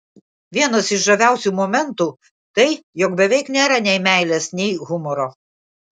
vienas iš žaviausių momentų tai jog beveik nėra nei meilės nei humoro